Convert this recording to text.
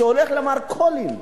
שהולך למרכולים,